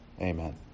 Amen